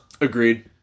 Agreed